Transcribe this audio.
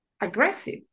aggressive